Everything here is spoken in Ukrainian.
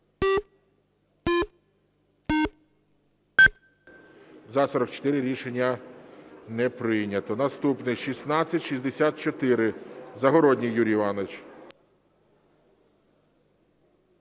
За-44 Рішення не прийнято. Наступна 1664. Загородній Юрій Іванович.